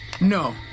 No